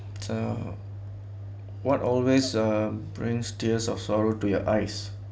so what always uh brings tears of sorrow to your eyes